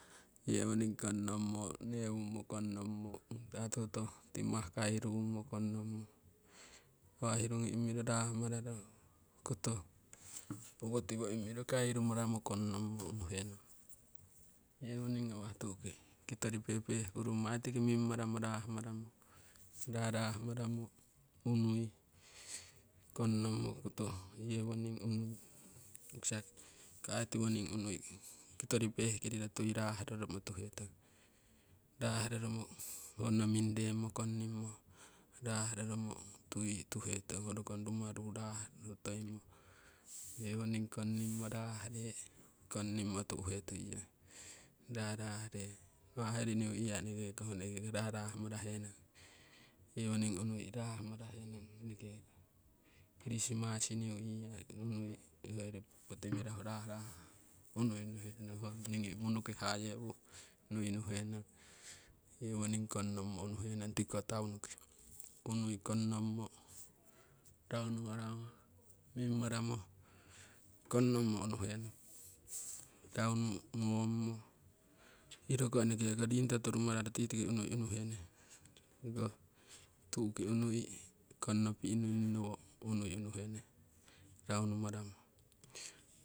Yewoning kongnommo newummo kongnommo ratokoto timah kairumo kongnommo, nawa'a hirugi imiro rah mararo koto owotiwo imiro kairu maramo kongnommo unuhenong. Yewoning ngawah tu'ki kitori pehpeh kurungmo aii tiki mimmaramo rahmaramo. rahrahmaramo unui kongnommo koto yewoning unui u'kisa ko aii tiwoning unui kitori pehkiriro tui rah roromo tuhetong. Rah roromo honno minnremmo kong nimmo rah roromo tui tuhetong ho rokong rumaru rahoo toimo, yewoning kongnimmo raahree kongnimmo tu'he tuiyong rarahree. Nawa' hoyori new year eneke ko raah marahe nong yewoning unui rah marahe nong eneke ko christmas new year unui hoyori poti mirahu rah rahah unui unuhe nong honowo ngigi munuki hayewuh nowui nuhenong. Yewoning ko kongnommo unuhe nong tiki ko taunu kii unui kongnommo, raunumaramo mimmaramo kongnommo unuhenong raunu ngommo. Iroko enekeko riingkoto turumararo tii tiki unui unuhene, tu'uki unui kongnopi' nuiyonowo unui unuhenee raunumaramo.